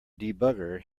debugger